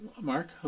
Mark